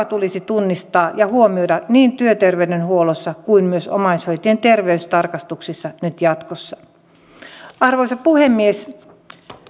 tulisi tunnistaa ja huomioida niin työterveydenhuollossa kuin myös omaishoitajien terveystarkastuksissa nyt jatkossa arvoisa puhemies